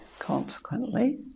Consequently